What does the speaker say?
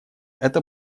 это